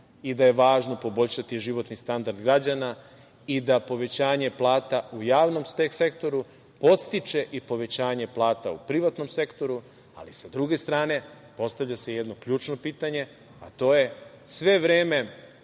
i da je važno poboljšati životni standard građana i da povećanje plata u javnom sektoru podstiče i povećanje plata u privatnom sektoru. Sa druge strane, postavlja se jedno ključno pitanje, a to je, sve vreme